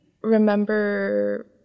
remember